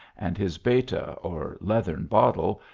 and his beta, or leathern bottle,